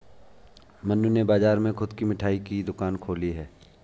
मन्नू ने बाजार में खुद की मिठाई की दुकान खोली है